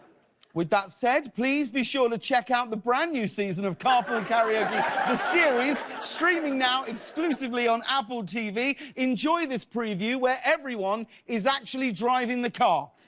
with that said, please be sure to check out the brand new season of carpool and karaoke the series, streaming now exclusively on apple tv. enjoy this preview where everyone is actually driving the car.